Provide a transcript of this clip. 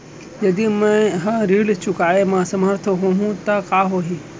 यदि मैं ह ऋण चुकोय म असमर्थ होहा त का होही?